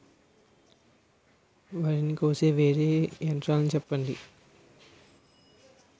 వరి ని కోసే వేరా వేరా యంత్రాలు చెప్పండి?